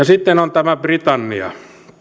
sitten on tämä britannia